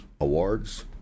awards